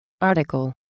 Article